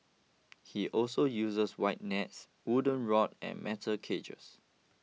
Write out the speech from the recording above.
he also uses wide nets wooden rod and metal cages